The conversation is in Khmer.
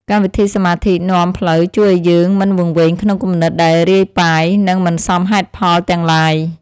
កម្មវិធីសមាធិនាំផ្លូវជួយឱ្យយើងមិនវង្វេងក្នុងគំនិតដែលរាយប៉ាយ និង មិនសមហេតុផលទាំងឡាយ។